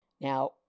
Now